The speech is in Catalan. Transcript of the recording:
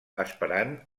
esperant